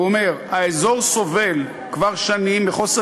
הוא אומר: האזור סובל כבר שנים מחוסר